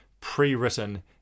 pre-written